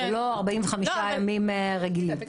ולא 45 ימים רגילים.